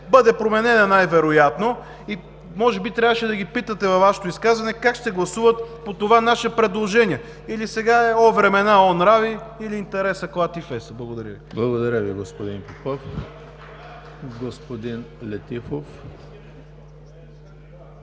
Благодаря Ви, господин Попов. Господин Летифов